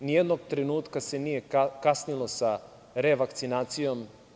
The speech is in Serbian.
Nijednog trenutka se nije kasnilo sa revakcinacijom.